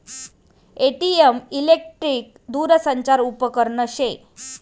ATM electric दूरसंचार उपकरन शे